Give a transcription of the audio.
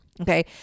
Okay